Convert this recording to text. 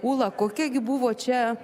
ūla kokia gi buvo čia